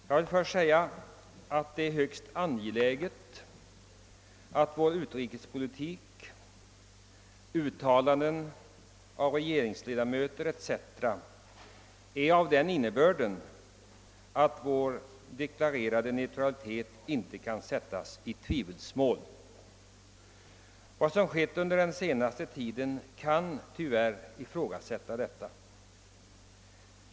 Jag vill först säga att det är högst angeläget att uttalanden av regeringsleda; möter och andra i utrikespolitiska frågor har en sådan innebörd, att vår deklarerade neutralitet inte kan dras i tvivelsmål. Vad som skett under den senaste tiden kan tyvärr ge anledning att ifrågasätta detta.